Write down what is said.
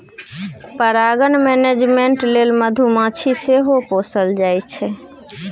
परागण मेनेजमेन्ट लेल मधुमाछी सेहो पोसल जाइ छै